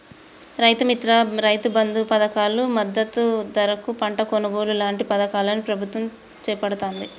రైతు మిత్ర, రైతు బంధు పధకాలు, మద్దతు ధరకు పంట కొనుగోలు లాంటి పధకాలను ప్రభుత్వం చేపడుతాంది